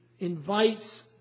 invites